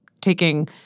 taking